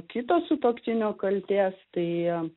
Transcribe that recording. kito sutuoktinio kaltės tai